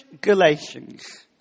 Galatians